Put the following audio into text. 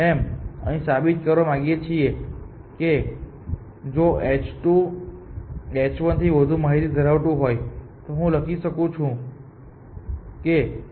અમે અહીં સાબિત કરવા માંગીએ છીએ કે જો h2 h1 થી વધુ માહિતી ધરાવતું હોય તો હું લખી શકું છું કે દરેક નોડ જે A2 દ્વારા જોવામાં આવે છે તે A1 દ્વારા પણ જોવામાં આવે છે